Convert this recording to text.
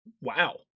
Wow